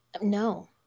No